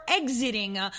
exiting